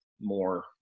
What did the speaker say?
more